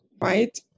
right